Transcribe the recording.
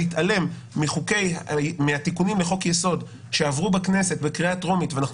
להתעלם מהתיקונים לחוק-יסוד שעברו בכנסת בקריאה טרומית ואנחנו